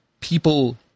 people